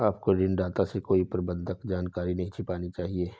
आपको ऋणदाता से कोई बंधक जानकारी नहीं छिपानी चाहिए